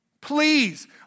Please